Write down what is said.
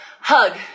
hug